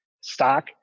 stock